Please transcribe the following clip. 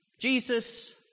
Jesus